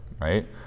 right